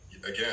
again